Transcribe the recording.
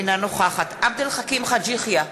אינה נוכחת עבד אל חכים חאג' יחיא,